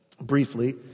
briefly